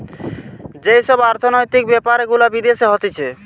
যেই সব অর্থনৈতিক বেপার গুলা বিদেশে হতিছে